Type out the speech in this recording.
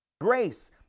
grace